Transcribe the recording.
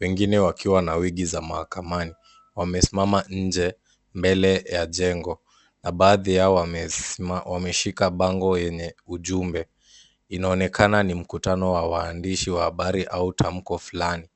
Wengine wakiwa na wigi za mahakamani. Wamesimama nje, mbele ya jengo, na baadhi yao wameshika bango yenye ujumbe. Inaonekana ni mkutano wa waandishi wa habari au tamko fulani.